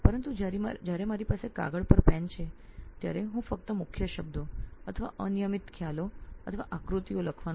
પરંતુ જ્યારે મારી પાસે કાગળ અને કલમ હોય ત્યારે હું ફક્ત મુખ્ય શબ્દો અનિયમિત ખ્યાલો અથવા આકૃતિઓ લખીશ